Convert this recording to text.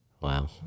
Wow